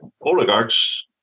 oligarchs